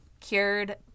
Cured